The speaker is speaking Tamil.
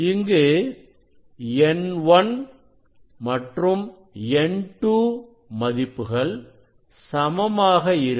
இங்கு n1 மற்றும் n2 மதிப்புகள் சமமாக இருக்கும்